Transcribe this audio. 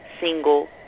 single